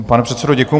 Pane předsedo, děkuju.